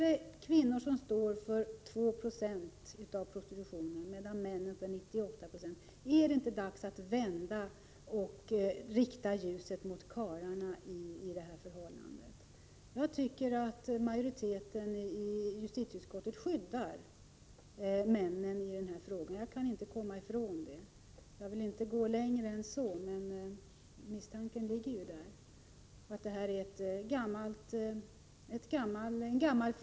Om kvinnorna står för 2 26 av prostitutionen medan männen står för 98 96, är det då inte dags att rikta ljuset mot karlarna? Jag tycker att majoriteten i justitieutskottet skyddar männen i denna fråga. Jag kan inte komma ifrån det. Jag vill inte gå längre än så, men misstanken ligger där. Detta är en gammal fråga.